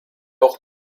auch